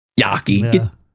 yaki